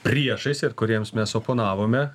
priešais ir kuriems mes oponavome